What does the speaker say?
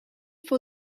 for